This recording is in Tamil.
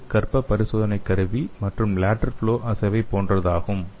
இது கர்ப்ப பரிசோதனை கருவி மற்றும் லேடெரல் ஃப்ளொவை அஸ்ஸேவை போன்றதாகும்